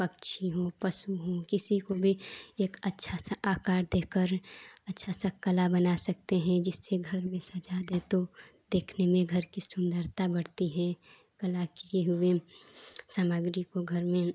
पक्षी हो पशु हो किसी को भी एक अच्छा सा आकार देकर अच्छा सा कला बना सकते हैं जिसके घर में सजा दें तो देखने में घर की सुन्दरता बढ़ती है कला की समाग्री को घर में